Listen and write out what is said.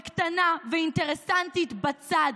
קטנה ואינטרסנטית בצד,